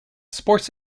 sports